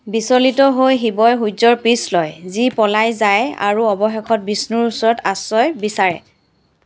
বিচলিত হৈ শিৱই সূৰ্য্যৰ পিছ লয় যি পলাই যায় আৰু অৱশেষত বিষ্ণুৰ ওচৰত আশ্ৰয় বিচাৰে